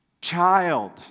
Child